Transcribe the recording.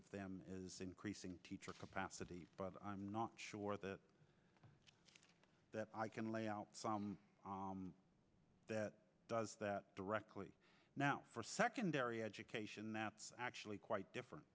of them is increasing teacher capacity but i'm not sure that i can lay out that does that directly now for secondary education that's actually quite different